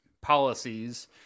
policies